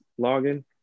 login